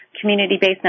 community-based